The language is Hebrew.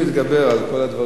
מזכירת הכנסת מרוצה מהמצב.